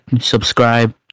subscribe